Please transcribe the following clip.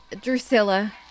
Drusilla